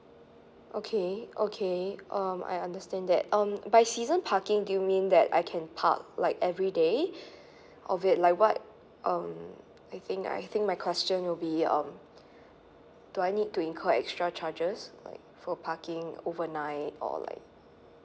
okay okay um I understand that um by season parking do you mean that I can park like everyday of it like what um I think I think my question will be um do I need to incur extra charges uh for parking overnight or like